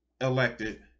elected